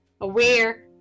aware